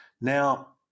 Now